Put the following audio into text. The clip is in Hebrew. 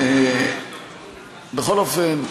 בכל אופן,